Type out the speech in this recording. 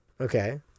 Okay